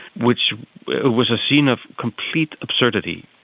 which was a scene of complete absurdity.